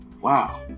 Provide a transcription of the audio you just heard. Wow